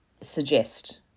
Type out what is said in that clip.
suggest